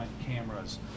cameras